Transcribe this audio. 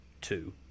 two